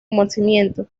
nacimiento